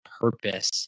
purpose